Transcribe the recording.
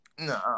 No